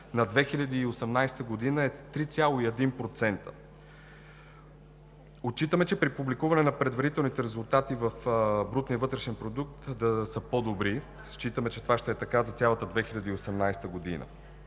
на 2018 г. е 3,1%. Отчитаме, че при публикуването предварителните резултати в брутния вътрешен продукт ще са по-добри и считаме, че това ще е така за цялата 2018 г., а